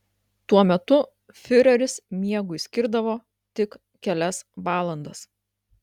tuo metu fiureris miegui skirdavo tik kelias valandas